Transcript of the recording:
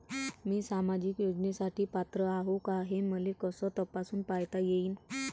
मी सामाजिक योजनेसाठी पात्र आहो का, हे मले कस तपासून पायता येईन?